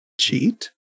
cheat